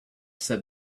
said